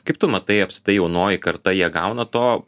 kaip tu matai apskritai jaunoji karta jie gauna to